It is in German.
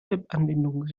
webanwendung